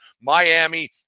Miami